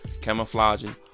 camouflaging